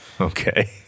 Okay